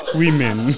women